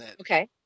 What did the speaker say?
Okay